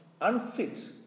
unfit